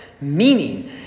Meaning